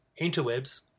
interwebs